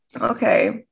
Okay